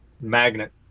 magnet